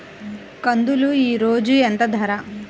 కందులు ఈరోజు ఎంత ధర?